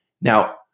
Now